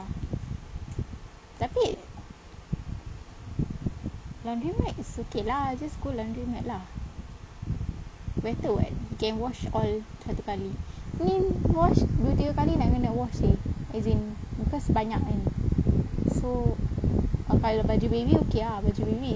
tapi laundry mat it's okay lah just get laundry mat lah better [what] can wash all satu kali ni wash dua tiga kali nak kena wash seh as in cause banyak kan so kalau baju baby okay ah baju baby